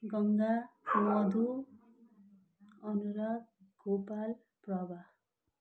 Ganga Madhu Anuras Gopal Prabha